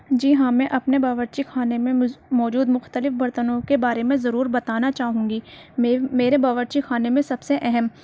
جی ہاں میں اپنے باورچی خانے میں مز موجود مختلف برتنوں کے بارے میں ضرور بتانا چاہوں گی میر میرے باورچی خانے میں سب سے اہم